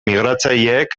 migratzaileek